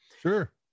Sure